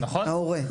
ההורה,